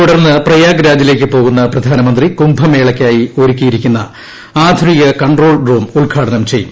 തുടർന്ന് പ്രയാഗ്രാജിലേക്ക് പോകുന്ന പ്രധാനമന്ത്രി കുംഭമേളയ്ക്കായി ഒരുക്കിയിരിക്കുന്ന ആധുനിക കൺട്രോൾ റൂം ഉദ്ഘാടനം ചെയ്യും